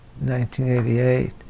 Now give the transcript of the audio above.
1988